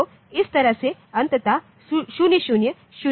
तो इस तरह से अंततः 0001